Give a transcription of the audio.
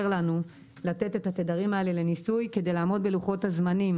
לנו לתת את התדרים האלה לניסוי כדי לעמוד בלוחות הזמנים.